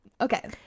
okay